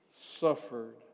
suffered